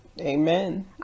amen